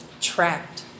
trapped